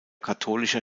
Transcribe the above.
katholischer